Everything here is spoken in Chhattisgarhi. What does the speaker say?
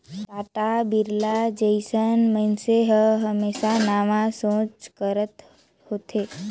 टाटा, बिरला जइसन मइनसे हर हमेसा नावा सोंच कर होथे